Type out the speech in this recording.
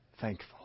thankful